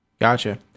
gotcha